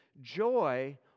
joy